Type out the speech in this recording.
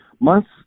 months